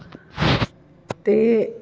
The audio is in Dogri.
ते